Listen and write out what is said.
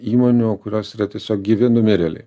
įmonių kurios yra tiesiog gyvi numirėliai